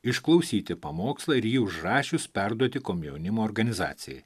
išklausyti pamokslą ir jį užrašius perduoti komjaunimo organizacijai